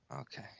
Okay